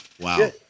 Wow